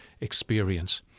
experience